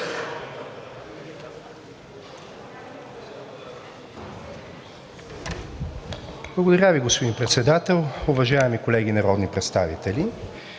Благодаря Ви, господин Председател. Уважаеми колеги народни представители,